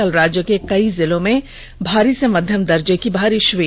कल राज्य के कई जिलों में भारी से मध्यम दर्जे की बारिष हुई